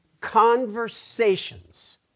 Conversations